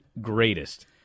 greatest